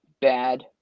bad